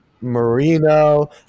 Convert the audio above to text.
Marino